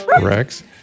Rex